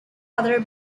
other